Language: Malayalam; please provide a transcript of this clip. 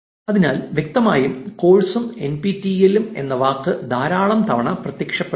അതിനാൽ വ്യക്തമായും കോഴ്സും N P T E L എന്ന വാക്കും ധാരാളം തവണ പ്രത്യക്ഷപ്പെടുന്നു